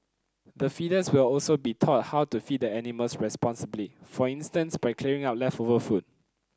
the feeders will also be taught how to feed the animals responsibly for instance by clearing up leftover food